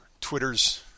twitter's